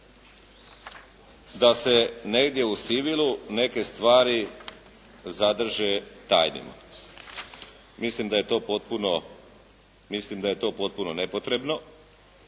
da se negdje u sivilu neke stvari zadrže tajnima. Mislim da je to potpuno nepotrebno.